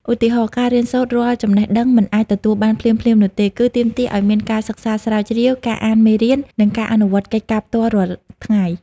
ឧទាហរណ៍ ការរៀនសូត្រ រាល់ចំណេះដឹងមិនអាចទទួលបានភ្លាមៗនោះទេ គឺទាមទារឱ្យមានការសិក្សាស្រាវជ្រាវ ការអានមេរៀន និងការអនុវត្តកិច្ចការផ្ទះរាល់ថ្ងៃ។